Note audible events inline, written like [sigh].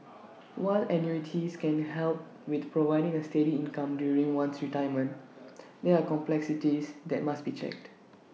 while annuities can help with providing A steady income during one's retirement [noise] there are complexities that must be checked